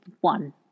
One